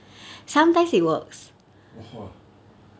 !wah!